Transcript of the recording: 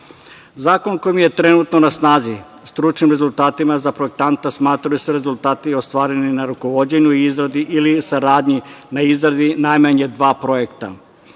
ispit. Zakon koji je trenutno na snazi, stručnim rezultatima za projektanta smatraju se rezultati ostvareni na rukovođenju, izradi ili saradnji na izradi najmanje dva